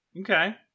Okay